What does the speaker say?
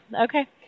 okay